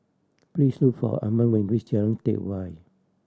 please look for Arman when you reach Jalan Teck Whye